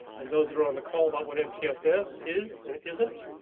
and those that are on the call about what mtss is and isn't.